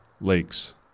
lakes